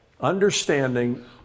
Understanding